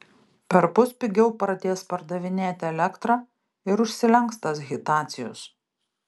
perpus pigiau pradės pardavinėti elektrą ir užsilenks tas hitacius